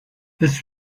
this